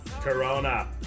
Corona